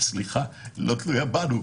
תלויה בנו.